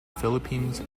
philippines